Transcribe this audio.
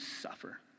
suffer